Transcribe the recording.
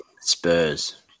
Spurs